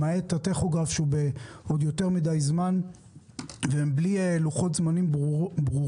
למעט הטכוגרף שהוא בעוד יותר מדי זמן ובלי לוחות זמנים ברורים.